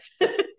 yes